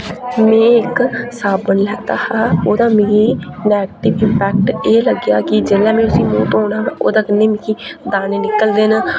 में एक साबन लैता हा ओह्दा मिगी नैगेटिव इम्पैक्ट एह् लग्गेआ कि जेल्लै मीं उसी मूंह धोना ओह्दे कन्नै मिकी दाने निकलदे न